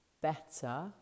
better